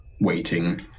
waiting